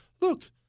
look